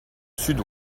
sud